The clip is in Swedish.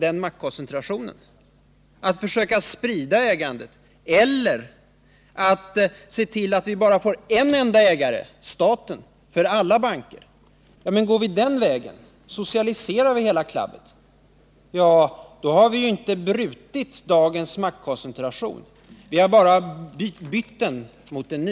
Är det att försöka sprida ägandet eller att se till att vi bara får en enda ägare — staten — för alla banker? Går vi den vägen — att socialisera hela klabbet — då har vi inte brutit dagens maktkoncentration. Vi har bara bytt den mot en ny.